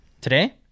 Today